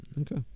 Okay